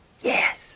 Yes